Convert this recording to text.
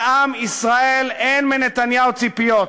לעם ישראל אין מנתניהו ציפיות,